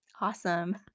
Awesome